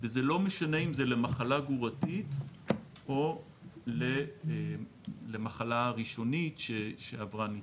וזה לא משנה אם זה למחלה גרורתית או למחלה ראשונית שעברה ניתוח,